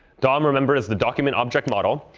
dom, remember, is the document object model.